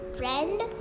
Friend